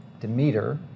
Demeter